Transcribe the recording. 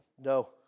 No